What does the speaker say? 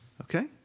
Okay